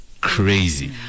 crazy